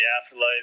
afterlife